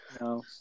No